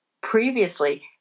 previously